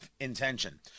intention